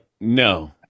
No